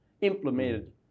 implemented